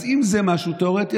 אז אם זה משהו תיאורטי,